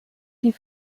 die